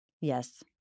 Yes